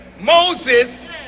Moses